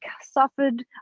suffered